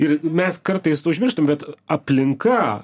ir mes kartais užmirštam bet aplinka